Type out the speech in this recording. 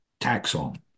taxon